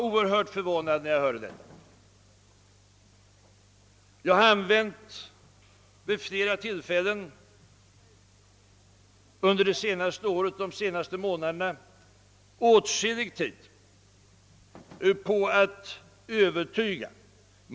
När jag hörde detta blev jag ytterst förvånad.